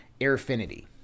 Airfinity